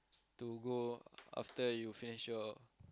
to go after you finish your